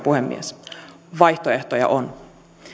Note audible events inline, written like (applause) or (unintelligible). (unintelligible) puhemies vaihtoehtoja on